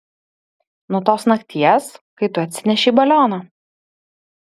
nuo tos nakties kai tu atsinešei balioną